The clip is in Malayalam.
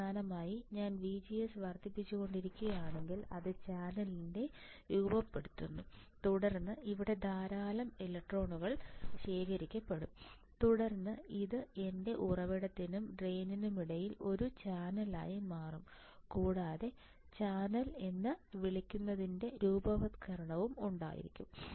അവസാനമായി ഞാൻ VGS വർദ്ധിപ്പിച്ചുകൊണ്ടിരിക്കുകയാണെങ്കിൽ അത് ചാനലിനെ രൂപപ്പെടുത്തുന്നു തുടർന്ന് ഇവിടെ ധാരാളം ഇലക്ട്രോണുകൾ ശേഖരിക്കപ്പെടും തുടർന്ന് ഇത് എന്റെ ഉറവിടത്തിനും ഡ്രെയിനിനുമിടയിൽ ഒരു ചാനലായി മാറും കൂടാതെ ചാനൽ എന്ന് വിളിക്കുന്നതിന്റെ രൂപവത്കരണവും ഉണ്ടായിരിക്കും